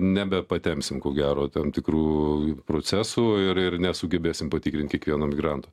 nebepatempsim ko gero tam tikrų procesų ir ir nesugebėsim patikrint kiekvieno migranto